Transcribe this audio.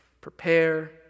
prepare